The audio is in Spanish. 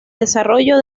desarrollo